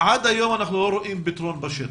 עד היום אנחנו לא רואים פתרונות בשטח.